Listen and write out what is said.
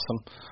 Awesome